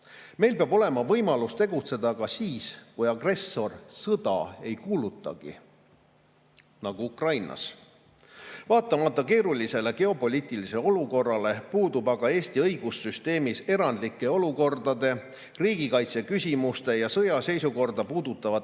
Meil peab olema võimalus tegutseda ka siis, kui agressor sõda ei kuulutagi, nagu oli Ukrainas. Vaatamata keerulisele geopoliitilisele olukorrale puudub aga Eesti õigussüsteemis erandlike olukordade, riigikaitseküsimuste ja sõjaseisukorda puudutavate